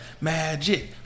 magic